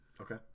Okay